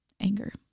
anger